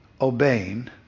obeying